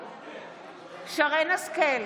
נגד שרן מרים השכל,